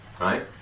right